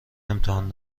امتحان